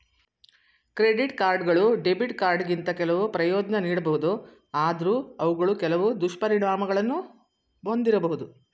credit ಕಾರ್ಡ್ಗಳು debit ಕಾರ್ಡ್ಗಿಂತ ಕೆಲವು ಪ್ರಯೋಜ್ನ ನೀಡಬಹುದು ಆದ್ರೂ ಅವುಗಳು ಕೆಲವು ದುಷ್ಪರಿಣಾಮಗಳನ್ನು ಒಂದಿರಬಹುದು